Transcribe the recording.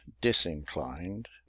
disinclined